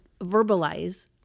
verbalize